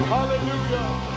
Hallelujah